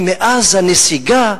כי מאז הנסיגה,